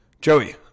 Joey